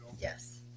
Yes